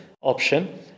option